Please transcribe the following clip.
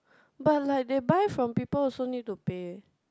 but like they buy from people also need to pay